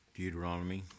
Deuteronomy